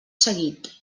seguit